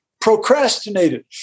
procrastinated